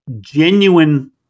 genuine